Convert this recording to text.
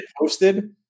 posted